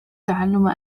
تعلم